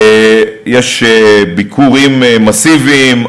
יש ביקורים מסיביים.